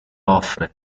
offre